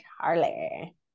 Charlie